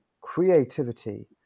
creativity